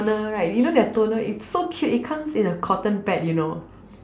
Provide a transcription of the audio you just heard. toner right you know their toner it's so cute it comes in a cotton pad you know